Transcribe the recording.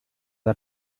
der